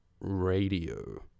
radio